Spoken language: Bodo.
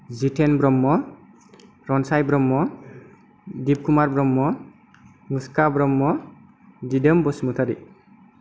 जिथेन ब्रह्म रनसाइ ब्रह्म दिप कुमार ब्रह्म मुसुखा ब्रह्म दिदोम बसुमातारि